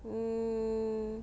um